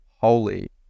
Holy